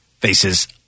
Faces